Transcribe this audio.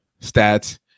stats